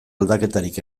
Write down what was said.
aldaketarik